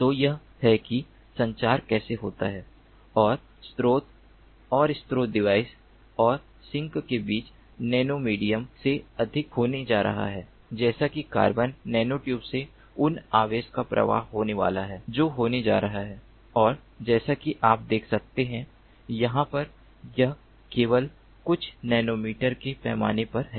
तो यह है कि संचार कैसे होता है और स्रोत और स्रोत डिवाइस और सिंक के बीच नैनोमेडियम से अधिक होने जा रहा है जैसे कि कार्बन नैनोट्यूब से उन आवेश का प्रवाह होने वाला है जो होने जा रहे हैं और जैसा कि आप देख सकते हैं यहाँ पर यह केवल कुछ नैनोमीटर के पैमाने पर है